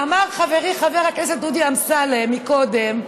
אמר חברי חבר הכנסת דודי אמסלם קודם: